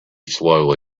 slowly